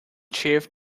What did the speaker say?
chief